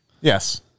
Yes